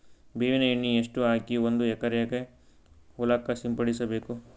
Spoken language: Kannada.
ಬೇವಿನ ಎಣ್ಣೆ ಎಷ್ಟು ಹಾಕಿ ಒಂದ ಎಕರೆಗೆ ಹೊಳಕ್ಕ ಸಿಂಪಡಸಬೇಕು?